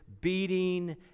beating